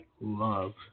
love